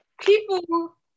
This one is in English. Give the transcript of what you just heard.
people